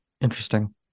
Interesting